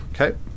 Okay